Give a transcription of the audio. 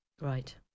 right